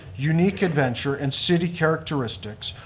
unique adventure and city characteristic,